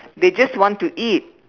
they just want to eat